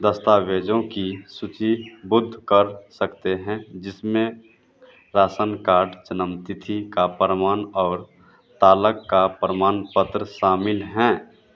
दस्तावेज़ों की सूचीबुद्ध कर सकते हैं जिसमें राशन कार्ड जन्म तिथि का प्रमाण और तलाक का प्रमाण पत्र शामिल हैं